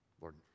lord